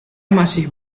masih